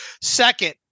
Second